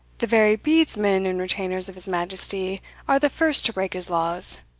the very bedesmen and retainers of his majesty are the first to break his laws.